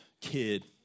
kid